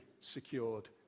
secured